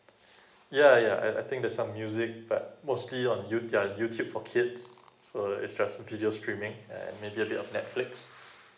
yeah yeah I I think there's some music but mostly on youtube yeah youtube for kids so it's just video streaming and maybe a bit of netflix